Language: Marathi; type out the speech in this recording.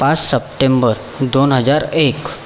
पाच सप्टेंबर दोन हजार एक